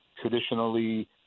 traditionally